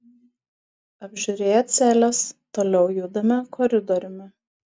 apžiūrėję celes toliau judame koridoriumi